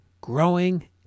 growing